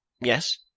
Yes